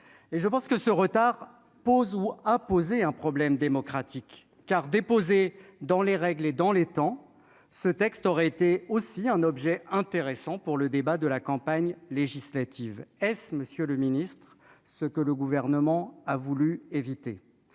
je pense que ce retard pose ou à poser un problème démocratique car dans les règles et dans les temps, ce texte aurait été aussi un objet intéressant pour le débat de la campagne législative, S. Monsieur le Ministre, ce que le gouvernement a voulu éviter